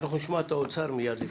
אנחנו נשמע את האוצר מיד.